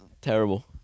terrible